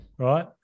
Right